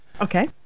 Okay